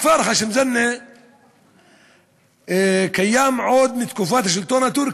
הכפר ח'שם-זנה קיים עוד מתקופת השלטון הטורקי,